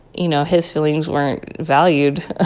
you know, his feelings weren't valued, ah